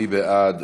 מי בעד?